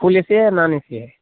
full A C है या non A C है